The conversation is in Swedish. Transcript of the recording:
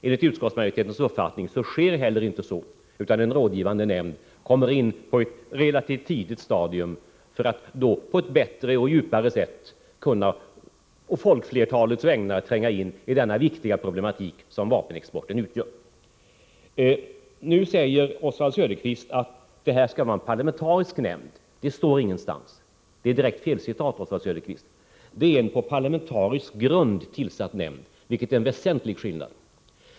Enligt utskottsmajoritetens uppfattning sker inte heller detta, utan en rådgivande nämnd kommer in på ett relativt tidigt stadium för att på ett bättre och djupare sätt kunna å folkflertalets vägnar tränga in i den viktiga problematik som vapenexporten utgör. Oswald Söderqvist säger att det här skall vara en parlamentarisk nämnd. Det står ingenstans, det är ett direkt felcitat, Oswald Söderqvist. Det är en på parlamentarisk grund tillsatt nämnd, vilket är en väsentlig skillnad.